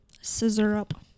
scissor-up